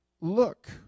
look